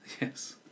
yes